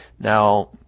now